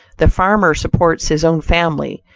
the farmer supports his own family,